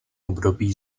období